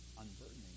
unburdening